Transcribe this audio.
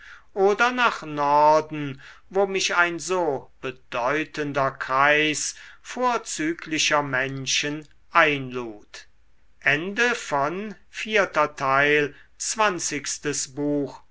oder nach norden wo mich ein so bedeutender kreis vorzüglicher menschen einlud